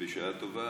ובשעה טובה